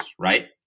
right